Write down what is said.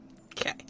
Okay